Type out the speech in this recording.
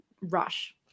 rush